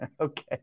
Okay